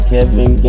Kevin